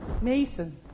Mason